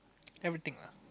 everything lah